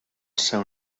seu